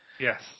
Yes